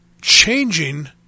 changing